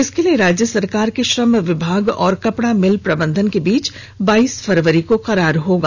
इसके लिए राज्य सरकार के श्रम विभाग और कपडा मिल प्रबंधन के बीच बाईस फरवरी को करार होगा